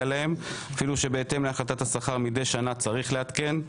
להם אפילו שבהתאם להחלטת השכר מדי שנה צריך לעדכן.